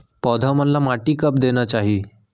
पौधा मन ला माटी कब देना चाही?